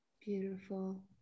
Beautiful